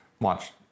watch